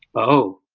oh.